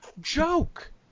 joke